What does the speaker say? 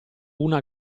una